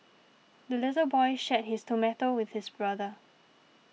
the little boy shared his tomato with his brother